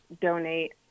donate